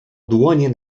dłonie